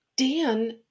dan